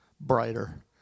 brighter